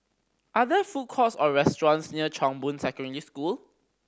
are there food courts or restaurants near Chong Boon Secondary School